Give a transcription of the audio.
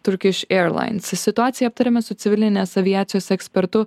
turkiš eirlains situaciją aptarėme su civilinės aviacijos ekspertu